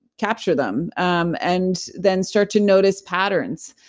capture them um and then start to notice patterns.